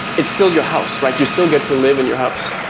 it's still your house, right? you still get to live in your house.